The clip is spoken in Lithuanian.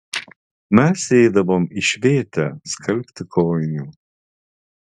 mes eidavom į švėtę skalbti kojinių